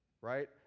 right